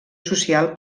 social